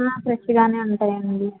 fresh గానే ఉంటాయండి